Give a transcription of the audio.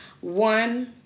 One